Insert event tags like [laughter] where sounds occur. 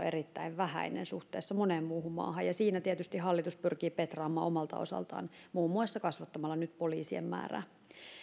[unintelligible] erittäin vähäiset suhteessa moneen muuhun maahan ja siinä tietysti hallitus pyrkii petraamaan omalta osaltaan muun muassa kasvattamalla nyt poliisien määrää